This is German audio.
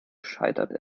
scheitert